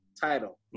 title